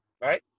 right